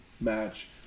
match